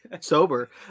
sober